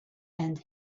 and